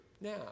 now